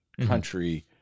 country